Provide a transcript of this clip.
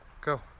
Go